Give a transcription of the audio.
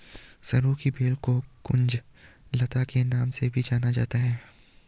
सरू की बेल को कुंज लता के नाम से भी जाना जाता है